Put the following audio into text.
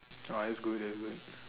!wah! that's good that's good